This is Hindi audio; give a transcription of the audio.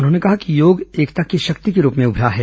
उन्होंने कहा कि योग एकता की शक्ति के रूप में उमरा है